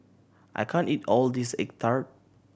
I can't eat all of this egg tart